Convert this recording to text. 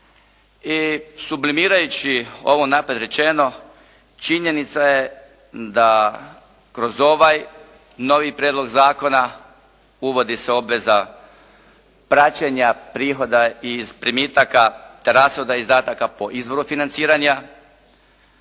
i sublimirajući ovo naprijed rečeno činjenica je da kroz ovaj novi prijedlog zakona uvodi se obveza praćenja prihoda i primitaka, te rashoda izdataka po izvoru financiranja,